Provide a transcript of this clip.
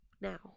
now